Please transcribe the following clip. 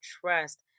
trust